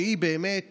שהיא באמת